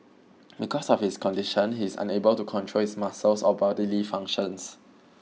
because of his condition he is unable to control his muscles or bodily functions